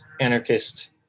anarchist